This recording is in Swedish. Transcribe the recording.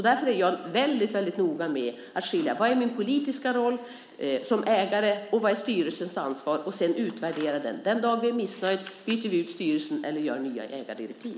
Därför är jag väldigt noga med att skilja på vad som är min politiska roll som ägare och vad som är styrelsens ansvar. Sedan ska det utvärderas. Den dag vi är missnöjda byter vi ut styrelsen eller gör nya ägardirektiv.